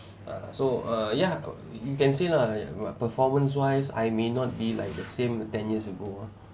uh so uh ya you can say lah performance wise I may not be like the same ten years ago ah